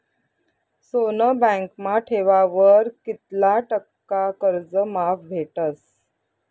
सोनं बँकमा ठेवावर कित्ला टक्का कर्ज माफ भेटस?